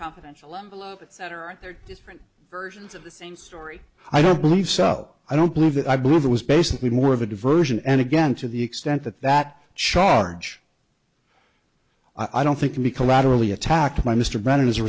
in that or aren't there different versions of the same story i don't believe so i don't believe that i believe it was basically more of a diversion and again to the extent that that charge i don't think i'd be collateral be attacked by mr brandon as a